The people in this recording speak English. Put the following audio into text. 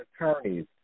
attorneys